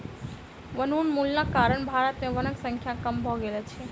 वनोन्मूलनक कारण भारत में वनक संख्या कम भ गेल अछि